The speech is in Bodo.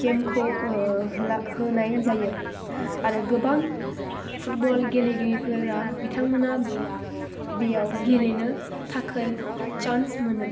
गेमखौ होनाय जायो आरो गोबां फूटबल गेलेगिरिफोरा बिथांमोना बेयाव गेलेनो थाखै चान्स मोनो